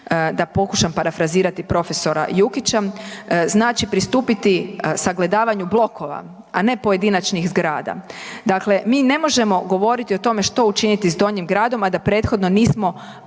da pokušam parafrazirati prof. Jukića, znači pristupiti sagledavanju blokova, a ne pojedinačnih zgrada. Dakle, mi ne možemo govoriti o tome što učiniti s Donjim gradom, a da prethodno